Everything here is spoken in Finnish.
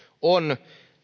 on